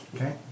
Okay